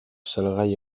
salgai